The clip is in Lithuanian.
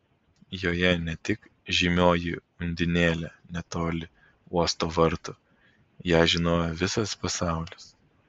joje ne tik žymioji undinėlė netoli uosto vartų ją žino visas pasaulis